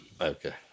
Okay